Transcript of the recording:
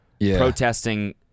protesting